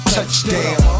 Touchdown